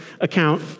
account